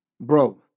Bro